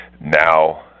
now